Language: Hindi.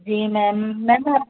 जी मैम मैम आप